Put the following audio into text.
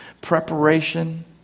preparation